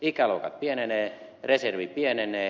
ikäluokat pienenevät reservi pienenee